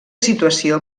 situació